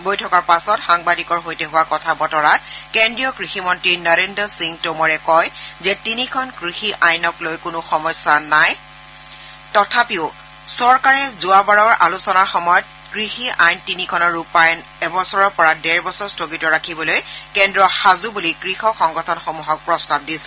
বৈঠকৰ পাছত সাংবাদিকৰ সৈতে হোৱা কথা বতৰাত কেন্দ্ৰীয় কৃষি মন্ত্ৰী নৰেন্দ্ৰ সিং টোমৰে কয় যে তিনিখন কৃষি আইনক লৈ কোনো সমসা নাই তথাপিও চৰকাৰে যোৱাবাৰৰ আলোচনাৰ সময়ত কৃষি আইন তিনিখনৰ ৰূপায়ণ এবছৰৰ পৰা ডেৰবছৰ স্থগিত ৰাখিবলৈ কেন্দ্ৰ সাজু বুলি কৃষক সংগঠনসমূহক প্ৰস্তাৱ দিছিল